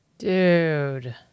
Dude